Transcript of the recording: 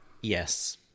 Yes